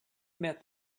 met